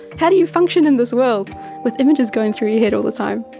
how do you function in this world with images going through your head all the time?